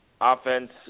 offense